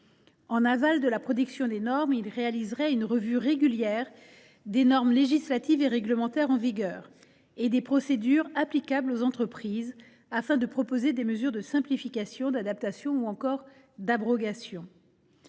En aval de la production des normes, il réaliserait une revue régulière des normes législatives et réglementaires en vigueur et des procédures applicables aux entreprises, afin de proposer des mesures de simplification, d’adaptation ou encore d’abrogation.